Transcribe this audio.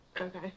Okay